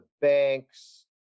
banks